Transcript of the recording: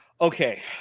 Okay